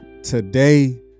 Today